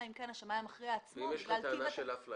אלא אם כן השמאי המכריע עצמו --- ואם יש לך טענה של אפליה?